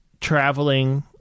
traveling